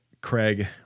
craig